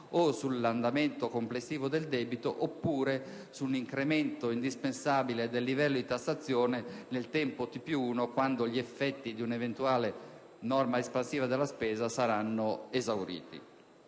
o sull'andamento complessivo del debito, oppure sull'incremento indispensabile del livello di tassazione nel tempo T+1, quando gli effetti di un'eventuale norma espansiva della spesa saranno esauriti.